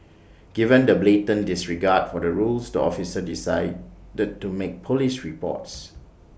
given the blatant disregard for the rules the officer decided to make Police reports